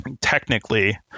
technically